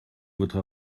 votre